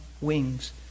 wings